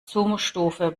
zoomstufe